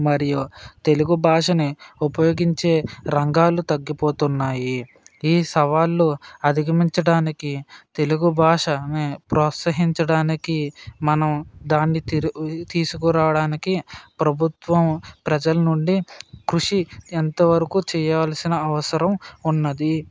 మరియు తెలుగు భాషను ఉపయోగించే రంగాలు తగ్గిపోతున్నాయి ఈ సవాళ్ళు అధిగమించటానికి తెలుగు భాషని ప్రోత్సహించడానికి మనం దాన్ని తిరుగు తీసుకురావడానికి ప్రభుత్వం ప్రజల నుండి కృషి ఎంతవరకు చేయాల్సిన అవసరం ఉన్నది